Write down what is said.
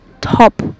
top